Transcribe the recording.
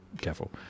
careful